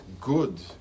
good